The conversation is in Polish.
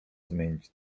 zmienić